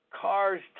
cars